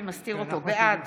בעד